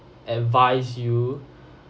advise you